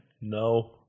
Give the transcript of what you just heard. No